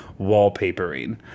wallpapering